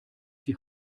die